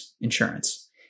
Insurance